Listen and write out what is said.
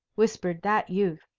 whispered that youth.